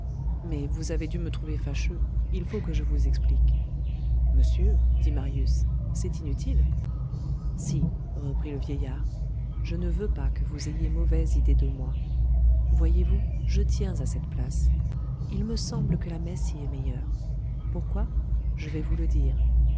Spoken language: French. mais vous avez dû me trouver fâcheux il faut que je vous explique monsieur dit marius c'est inutile si reprit le vieillard je ne veux pas que vous ayez mauvaise idée de moi voyez-vous je tiens à cette place il me semble que la messe y est meilleure pourquoi je vais vous le dire